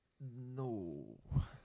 No